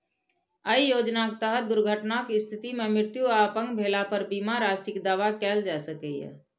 अय योजनाक तहत दुर्घटनाक स्थिति मे मृत्यु आ अपंग भेला पर बीमा राशिक दावा कैल जा सकैए